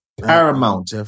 paramount